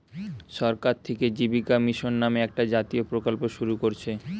সরকার থিকে জীবিকা মিশন নামে একটা জাতীয় প্রকল্প শুরু কোরছে